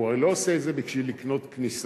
הוא הרי לא עושה את זה בשביל לקנות כניסה.